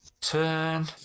Turn